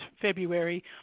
February